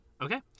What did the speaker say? Okay